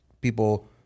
people –